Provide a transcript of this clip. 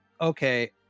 Okay